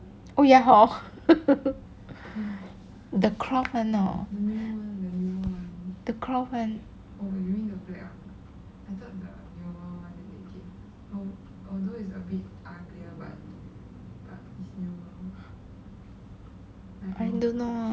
oh ya hor the cloth one hor the cloth one I don't know